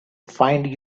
find